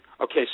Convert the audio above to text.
Okay